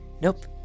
nope